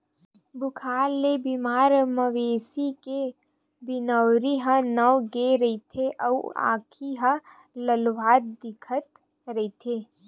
बुखार ले बेमार मवेशी के बिनउरी ह नव गे रहिथे अउ आँखी ह ललहूँ दिखत रहिथे